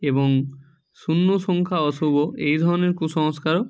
এবং শূন্য সংখ্যা অশুভ এই ধরনের কুসংস্কারও